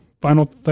final